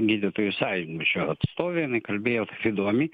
gydytojų sąjūdžio atstovė jinai kalbėjo įdomiai